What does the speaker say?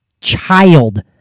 child